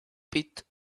spit